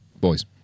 Boys